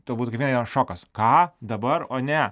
tau būtų gyvenime šokas ką dabar o ne